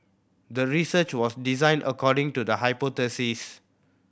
the research was designed according to the hypothesis